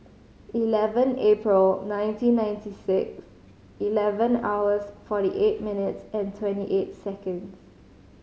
eleven April nineteen ninety six eleven hours forty eight minutes and twenty eight seconds